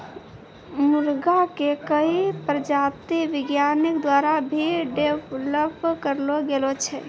मुर्गा के कई प्रजाति वैज्ञानिक द्वारा भी डेवलप करलो गेलो छै